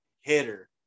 hitter